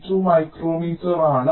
32 മൈക്രോമീറ്ററാണ്